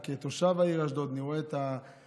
וכתושב העיר אשדוד אני רואה את הפחד,